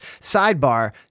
Sidebar